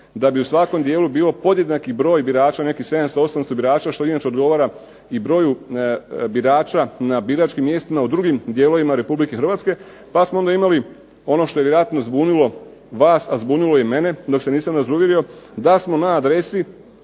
da bi u svakom dijelu bio podjednaki broj birača, nekih 700, 800 birača što inače odgovara i broju birača na biračkim mjestima u drugim dijelovima Republike Hrvatske. Pa smo onda imali ono što je vjerojatno zbunilo vas a zbunilo i mene dok se nisam razuvjerio da smo na adresi,